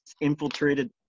infiltrated